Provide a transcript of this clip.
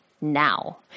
Now